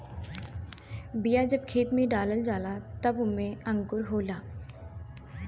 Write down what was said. बिया जब खेत में डला जाला तब ओमे अंकुरन होला